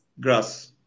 Grass